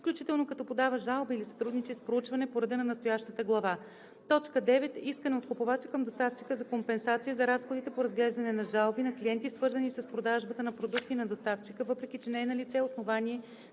включително като подава жалба или сътрудничи в проучване по реда на настоящата глава; 9. искане от купувача към доставчика за компенсация за разходите по разглеждане на жалби на клиенти, свързани с продажбата на продуктите на доставчика, въпреки че не е налице основание